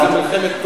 זו לא מלחמת הגנה,